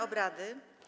obrady.